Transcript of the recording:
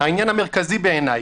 העניין המרכזי בעיניי,